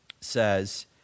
says